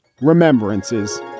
Remembrances